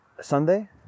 Sunday